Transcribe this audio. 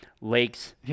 lakes